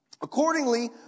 Accordingly